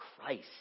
Christ